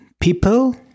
people